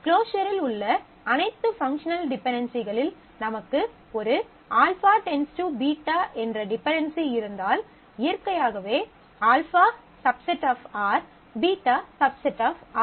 closure இல் உள்ள அனைத்து பங்க்ஷனல் டிபென்டென்சிகளில் நமக்கு ஒரு α → β என்ற டிபென்டென்சி இருந்தால் இயற்கையாகவே α ⸦ R β ⸦ R